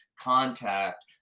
contact